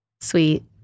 Sweet